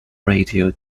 radio